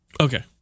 Okay